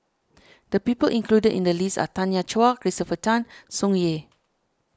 the people included in the list are Tanya Chua Christopher Tan Tsung Yeh